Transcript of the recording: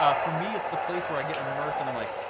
ah for me, it's the place where i get immersed and i'm like,